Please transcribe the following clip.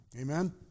Amen